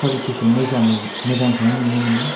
क्वालिटिखौ मोजाङै मोजांखौनो नुनो मोनो